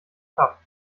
kraft